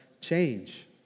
change